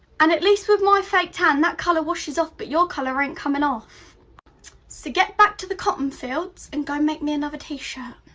and at least with my fake tan, that color washes off but your color ain't coming off. so to get back to the cotton fields and go make me another tee shirt,